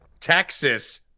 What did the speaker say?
Texas